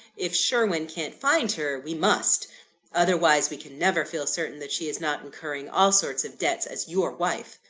if sherwin can't find her, we must otherwise, we can never feel certain that she is not incurring all sorts of debts as your wife.